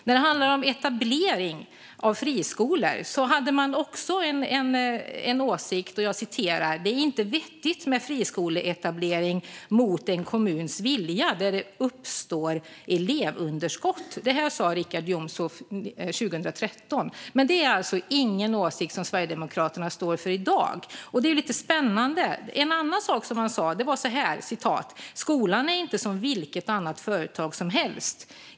När det handlar om etablering av friskolor hade man också en åsikt. Man sa att det inte är vettigt med friskoletablering mot en kommuns vilja när det uppstår elevunderskott. Detta sa Richard Jomshof 2013, men det är alltså ingen åsikt som Sverigedemokraterna står för i dag. Det är lite spännande. En annan sak som man sa var att skolan inte är som vilket företag som helst.